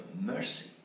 mercy